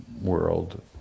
world